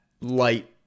light